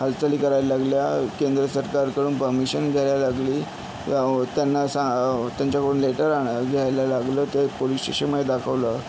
हालचाली करायला लागल्या केंद्र सरकारकडून परमिशन घ्यायला लागली त्यांना सा त्यांच्याकडून लेटर आणा घ्यायला लागलं ते पोलिस स्टेशनमध्ये दाखवलं